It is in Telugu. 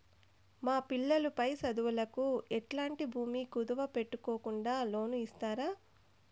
మా పిల్లలు పై చదువులకు ఎట్లాంటి భూమి కుదువు పెట్టుకోకుండా లోను ఇస్తారా